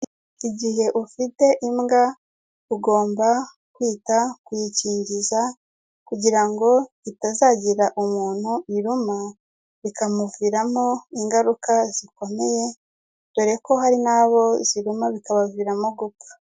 Igihe ufite imbwa, ugomba kwita kuyikingiza, kugira ngo itazagira umuntu iruma, bikamuviramo ingaruka zikomeye, dore ko hari n'abo ziruma bikabaviramo gupfa.